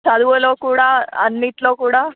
చదువులో కూడా అన్నింటిలో కూడా